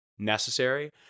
Necessary